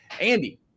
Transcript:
Andy